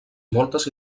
moltes